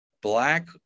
black